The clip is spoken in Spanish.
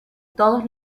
todos